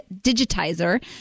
digitizer